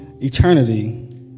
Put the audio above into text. eternity